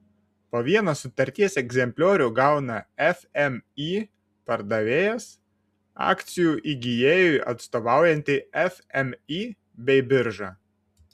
po vieną sutarties egzempliorių gauna fmį pardavėjas akcijų įgijėjui atstovaujanti fmį bei birža